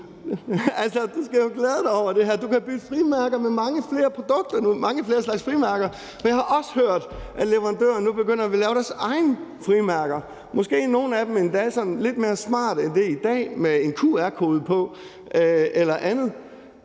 Du skal jo glæde dig over det her. Der er mange flere slags frimærker, så du kan bytte mange flere. Men jeg har også hørt, at leverandører nu begynder at ville lave deres egne frimærker, måske bliver nogle af dem lidt mere smarte, end de er i dag, med en QR-kode på eller andet.